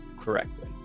correctly